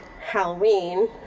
Halloween